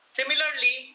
similarly